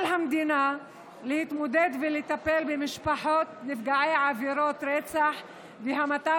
על המדינה להתמודד ולטפל במשפחות נפגעי עבירות רצח והמתה